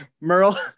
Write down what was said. merle